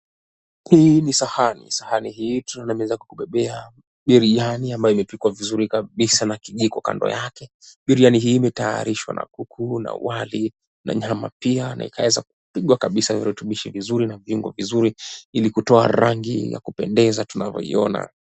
Hii ni sahani. Sahani hii tunaona imeweza kubebea biriani ambayo imepikwa vizuri kabisa na kijiko kando yake. Biriani hii imetayarishwa na kuku na wali na nyama pia na ikaweza kupigwa kabisa virutubishi vizuri na viungo vizuri ili kutoa rangi ya kupendeza tunavyoiona.